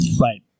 Right